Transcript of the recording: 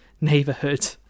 neighborhood